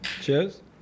Cheers